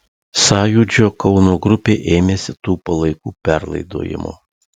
sąjūdžio kauno grupė ėmėsi tų palaikų perlaidojimo